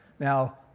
Now